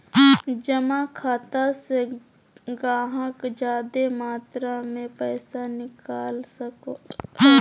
जमा खाता से गाहक जादे मात्रा मे पैसा निकाल सको हय